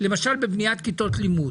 למשל בבניית כיתות לימוד,